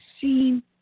seen